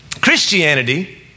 Christianity